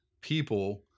people